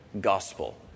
Gospel